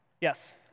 Yes